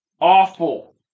awful